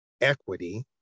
equity